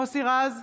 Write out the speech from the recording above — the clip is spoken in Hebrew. נגד מוסי רז,